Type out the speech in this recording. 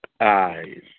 eyes